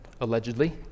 allegedly